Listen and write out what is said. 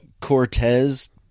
cortez